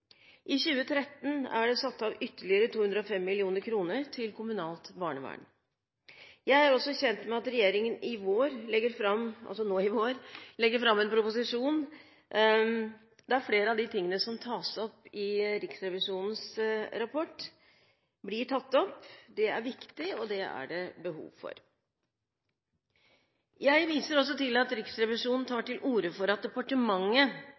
I 2013 er det satt av ytterligere 205 mill. kr til kommunalt barnevern. Jeg er også kjent med at regjeringen i vår vil legge fram en proposisjon der flere av tingene som tas opp i Riksrevisjonens rapport, blir tatt opp. Det er viktig, og det er det behov for. Jeg viser også til at Riksrevisjonen tar til orde for at departementet